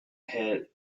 hit